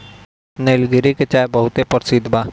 निलगिरी के चाय बहुते परसिद्ध बा